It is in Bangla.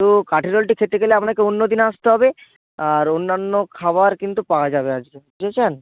তো কাঠি রোলটি খেতে গেলে আপনাকে অন্য দিন আসতে হবে আর অন্যান্য খাবার কিন্তু পাওয়া যাবে আজকে বুঝেছেন